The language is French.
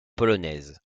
polonaises